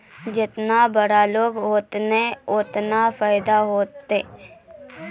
जेतना बड़ो लोन होतए ओतना फैदा होतए